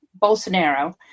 Bolsonaro